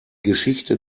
geschichte